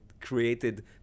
created